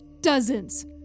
dozens